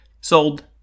Sold